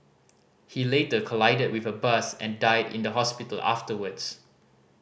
he later collided with a bus and died in the hospital afterwards